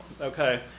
Okay